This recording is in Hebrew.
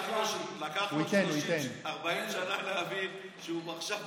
40 שנה להבין שהוא עכשיו בצד,